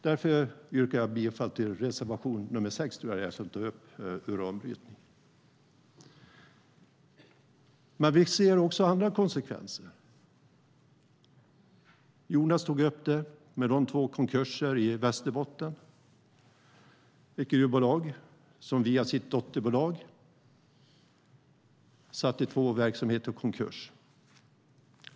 Därför yrkar jag bifall till reservation 6, där uranbrytning tas upp. Vi ser också andra konsekvenser. Jonas tog upp de två konkurserna i Västerbotten. Det var ett gruvbolag som via sitt dotterbolag satte två verksamheter i konkurs.